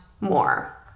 more